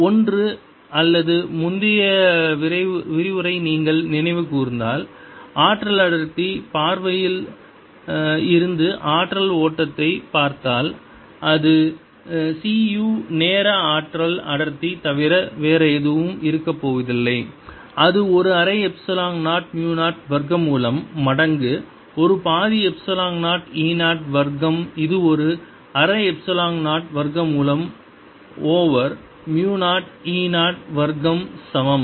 ஒன்று அல்லது முந்தைய விரிவுரை நீங்கள் நினைவு கூர்ந்தால் ஆற்றல் அடர்த்தி பார்வையில் இருந்து ஆற்றல் ஓட்டத்தைப் பார்த்தால் அது cu நேர ஆற்றல் அடர்த்தி தவிர வேறு எதுவும் இருக்கப்போவதில்லை இது ஒரு அரை எப்சிலான் 0 மு 0 வர்க்கமூலம் மடங்கு ஒரு பாதி எப்சிலான் 0 e 0 வர்க்கம் இது ஒரு அரை எப்சிலான் 0 வர்க்கமூலம் ஓவர் மு 0 e 0 வர்க்கம் சமம்